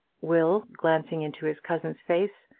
will, glancing into his cousin's face,